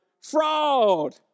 Fraud